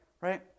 Right